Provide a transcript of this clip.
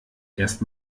erst